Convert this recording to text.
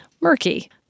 murky